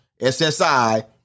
SSI